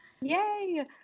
Yay